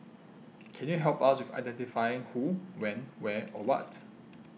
can you help us with identifying who when where or what